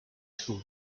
school